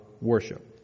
worship